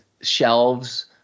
shelves